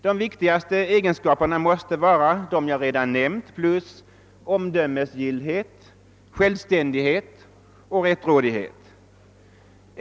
De viktigaste egenskaperna måste vara de jag här nämnt plus kravet att vederbörande skall vara omdömesgill, självständig och rättrådig.